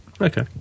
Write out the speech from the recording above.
Okay